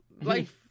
life